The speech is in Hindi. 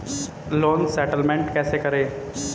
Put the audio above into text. लोन सेटलमेंट कैसे करें?